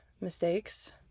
mistakes